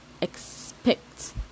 expect